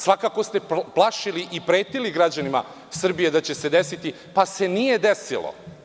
Svakako ste plašili i pretili građanima Srbije da će se desiti, pa se nije desilo.